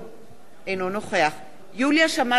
אינו נוכח יוליה שמאלוב ברקוביץ,